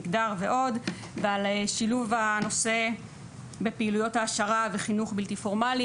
מגדר ועוד ועל שילוב הנושא בפעילויות העשרה וחינוך בלתי פורמלי,